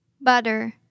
Butter